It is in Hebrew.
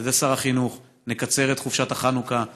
על ידי שר החינוך: נקצר את חופשת החנוכה,